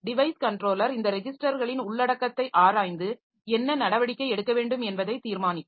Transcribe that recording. device controller இந்த ரெஜிஸ்டர்களின் உள்ளடக்கத்தை ஆராய்ந்து என்ன நடவடிக்கை எடுக்க வேண்டும் என்பதை தீர்மானிக்கும்